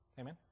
Amen